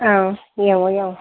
ꯑꯪ ꯌꯦꯡꯉꯣ ꯌꯦꯡꯉꯣ